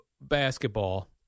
basketball